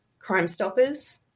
Crimestoppers